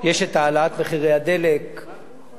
יש העלאת מחירי הדלק,